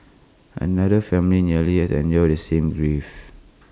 another family nearly had to endure the same grief